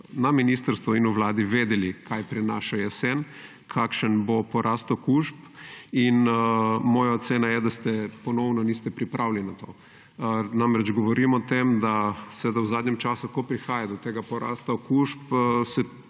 na ministrstvu in v Vladi vedeli, kaj prinaša jesen, kakšen bo porast okužb. Moja ocena je, da se ponovno niste pripravili na to. Govorim namreč o tem, da se v zadnjem času, ko prihaja do tega porasta okužb,